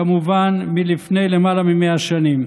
כמובן מלפני למעלה מ-100 שנים.